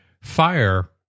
fire